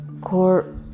core